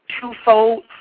twofold